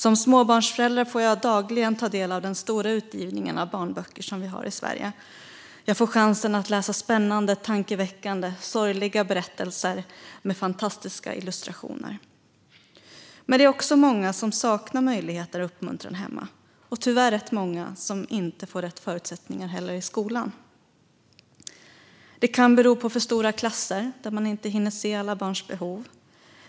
Som småbarnsförälder får jag dagligen ta del av den stora utgivningen av barnböcker i Sverige. Jag får chansen att läsa spännande, tankeväckande och sorgliga berättelser med fantastiska illustrationer. Men det är också många som saknar möjligheter och uppmuntran hemma, och tyvärr är det rätt många som inte heller får rätt förutsättningar i skolan. Det kan bero på för stora klasser, där man inte hinner se alla barns behov.